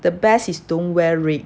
the best is don't wear red